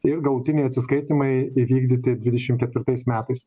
ir galutiniai atsiskaitymai įvykdyti dvidešim ketvirtais metais